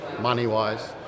money-wise